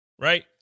Right